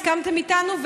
הסכמתם איתנו,